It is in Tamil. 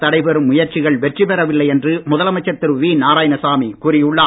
தடைபெறும் முயற்சிகள் வெற்றிபெறவில்லை என்று முதலமைச்சர் திரு வி நாராயணசாமி கூறி உள்ளார்